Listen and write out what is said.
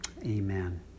Amen